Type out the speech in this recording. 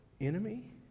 enemy